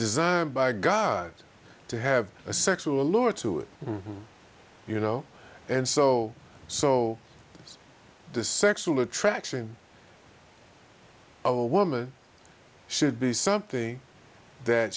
designed by god to have a sexual lure to it you know and so so does sexual attraction a woman should be something that